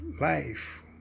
life